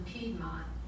Piedmont